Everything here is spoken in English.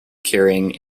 carrying